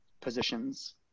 positions